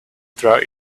throughout